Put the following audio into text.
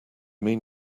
mean